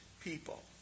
people